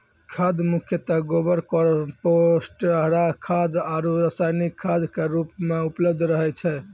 खाद मुख्यतः गोबर, कंपोस्ट, हरा खाद आरो रासायनिक खाद के रूप मॅ उपलब्ध रहै छै